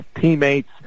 teammates